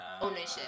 ownership